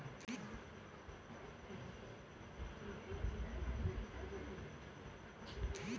Atal pension Yojana ಎರಡು ಸಾವಿರದ ಹದಿನೈದ್ ನಾಗ್ ಮಾಡ್ಯಾರ್